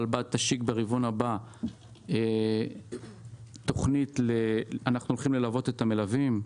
הרלב"ד תשיק ברבעון הבא תוכנית ללוות את המלווים.